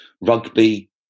rugby